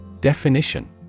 Definition